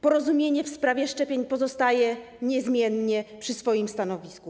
Porozumienie w sprawie szczepień pozostaje niezmiennie na swoim stanowisku.